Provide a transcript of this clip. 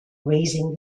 raising